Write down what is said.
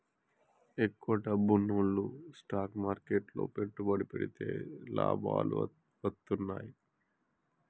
ఎక్కువ డబ్బున్నోల్లు స్టాక్ మార్కెట్లు లో పెట్టుబడి పెడితే లాభాలు వత్తన్నయ్యి